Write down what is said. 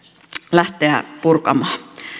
lähteä purkamaan